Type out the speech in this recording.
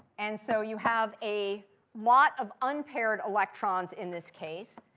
and so you have a lot of unpaired electrons in this case.